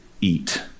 eat